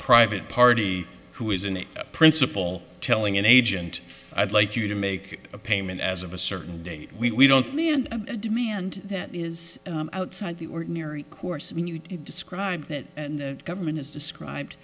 private party who isn't a principal telling an agent i'd like you to make a payment as of a certain date we don't mean and a demand that is outside the ordinary course when you describe that and the government has described